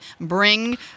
Bring